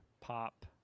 pop